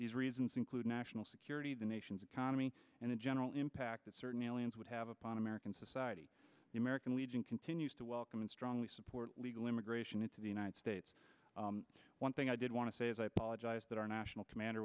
these reasons include national security the nation's economy and the general impact of certain aliens would have upon american society the american legion continues to welcome and strongly support legal immigration into the united states one thing i did want to say is i apologize that our national commander